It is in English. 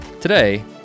Today